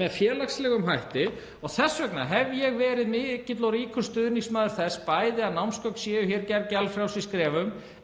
með félagslegum hætti og þess vegna hef ég verið mikill og ríkur stuðningsmaður þess að námsgögn séu gerð gjaldfrjáls í skrefum